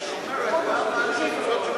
היא מדינה יהודית ששומרת על שוויון זכויות של המיעוטים.